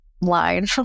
line